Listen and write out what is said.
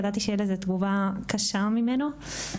ידעתי שתהיה לזה תגובה קשה ממנו.